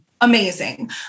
amazing